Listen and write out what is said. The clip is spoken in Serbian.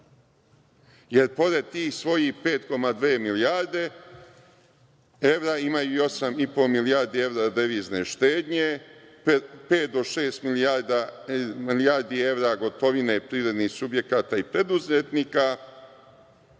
jer pored tih svojih 5,2 milijarde evra, imaju i 8,5 milijardi evra devizne štednje, pet do šest milijardi evra gotovine privrednih subjekata i preduzetnika,